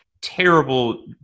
terrible